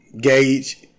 gauge